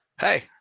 Hey